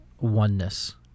oneness